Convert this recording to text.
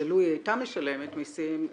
ולו היא היתה משלמת מסים,